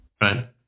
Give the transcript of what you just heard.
Right